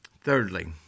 Thirdly